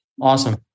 Awesome